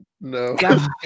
No